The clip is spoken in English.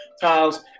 tiles